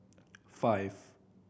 five